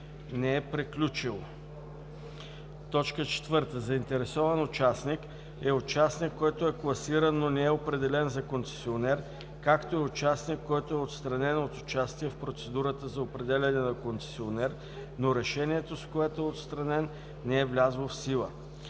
4. „Заинтересован участник“ е участник, който е класиран, но не е определен за концесионер, както и участник, който е отстранен от участие в процедурата за определяне на концесионер, но решението, с което е отстранен, не е влязло в сила.